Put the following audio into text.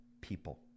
people